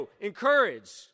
encourage